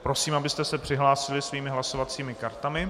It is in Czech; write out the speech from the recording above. Prosím, abyste se přihlásili svými hlasovacími kartami.